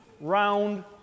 round